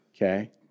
Okay